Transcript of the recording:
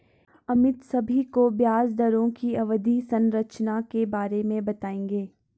अमित सभी को ब्याज दरों की अवधि संरचना के बारे में बताएंगे